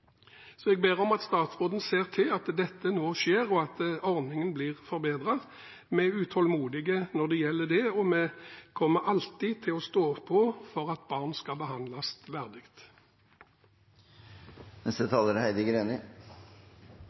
Jeg ber om at statsråden ser til at dette nå skjer, og at ordningen blir forbedret. Vi er utålmodig når det gjelder det, og vi kommer alltid til å stå på for at barn skal behandles